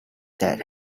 that